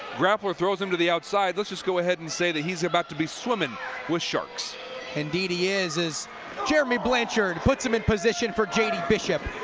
grappler throws him to the outside. let's just got ahead and say that he's about to be swimmin with sharks bc indeed he is is jeremy blanchard puts him in position for j d. bishop,